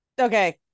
okay